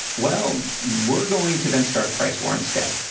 well, we're going to then start a price war instead.